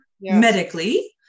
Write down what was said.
medically